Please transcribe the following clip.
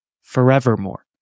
forevermore